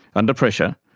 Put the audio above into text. under pressure,